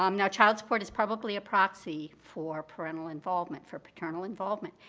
um now child support is probably a proxy for parental involvement, for paternal involvement.